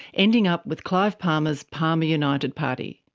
ending up with clive palmer's palmer united party.